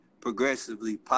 Progressively